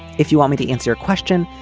if you want me to answer your question,